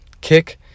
kick